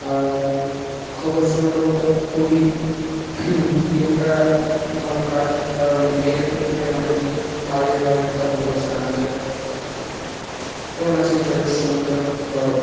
আর খবর শোনা তো খুবই খুবই একটা ভালো কাজ কারণ এর থেকে অনেক বাজে বাজে খবর জানা যায় যেমন আছে যোগেশচন্দ্র